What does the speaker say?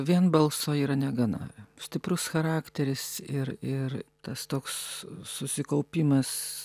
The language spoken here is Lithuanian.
vien balso yra negana stiprus charakteris ir ir tas toks susikaupimas